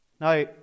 Now